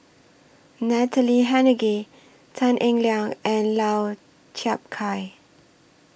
Natalie Hennedige Tan Eng Liang and Lau Chiap Khai